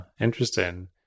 Interesting